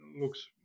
looks